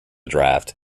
draft